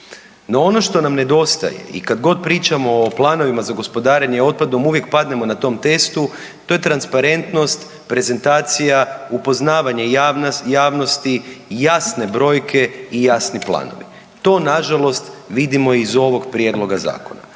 No, ono što nam nedostaje i kad god pričamo o planovima za gospodarenje otpadom uvijek padnemo na tom testu, to je transparentnost, prezentacija, upoznavanje javnosti i jasne brojke i jasni planovi. To nažalost vidimo i iz ovoga prijedloga zakona.